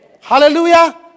Hallelujah